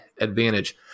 advantage